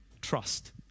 Trust